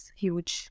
huge